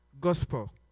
gospel